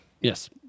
Yes